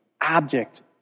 object